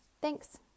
Thanks